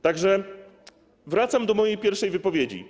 Tak że wracam do mojej pierwszej wypowiedzi.